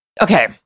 okay